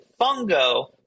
Fungo